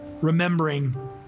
remembering